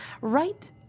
right